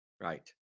Right